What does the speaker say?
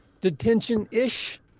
detention-ish